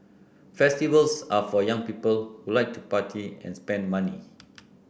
festivals are for young people who like to party and spend money